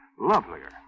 lovelier